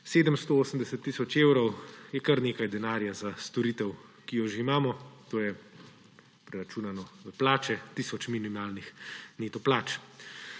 780 tisoč evrov je kar nekaj denarja za storitev, ki jo že imamo. To je, preračunano v plače, tisoč minimalnih neto plač.